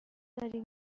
داری